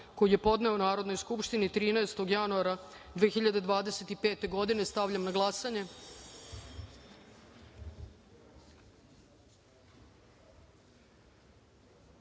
koji je podneo Narodnoj skupštini 13. januara 2025. godine. Stavljam na glasanje